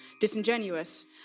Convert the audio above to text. disingenuous